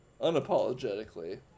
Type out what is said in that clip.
unapologetically